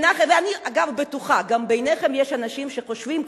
ואני בטוחה שגם ביניכם יש אנשים שחושבים כך,